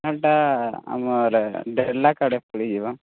ହେନ୍ତା ଆମର ଦେଢ଼ ଲାଖ୍ ଆଡ଼େ ପଡ଼ିଯିବା